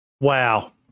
Wow